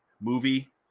movie